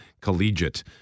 Collegiate